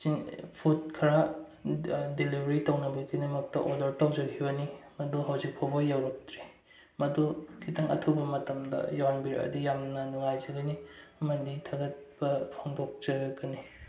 food ꯈꯔ delivery ꯇꯧꯅꯕꯒꯤꯗꯃꯛꯇ order ꯇꯧꯖꯈꯤꯕꯅꯤ ꯑꯗꯣ ꯍꯧꯖꯤꯛ ꯐꯥꯎꯕ ꯌꯧꯔꯛꯇ꯭ꯔꯤ ꯃꯗꯨ ꯈꯤꯇꯪ ꯑꯊꯧꯕ ꯃꯇꯝꯗ ꯌꯧꯍꯟꯕꯤꯔꯛꯑꯗꯤ ꯌꯥꯝꯅ ꯅꯨꯡꯉꯥꯏꯖꯒꯅꯤ ꯑꯃꯗꯤ ꯊꯥꯒꯠꯄ ꯐꯣꯡꯗꯣꯛꯆꯒꯅꯤ